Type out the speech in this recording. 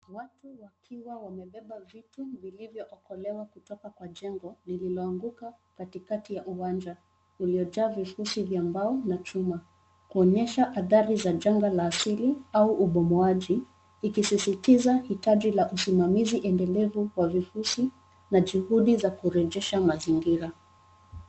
Watu wakiwa wamebeba vitu vilivyookolewa kutoka kwa jengo lililoanguka katikati ya uwanja. Kumejaa visusi vya mbao na chuma kuonyesha athari za janga la asili au ubomoaji ikisisitiza hitaji la usimamizi endelevu kwa visusi na juhudi za kurejesha mazingira.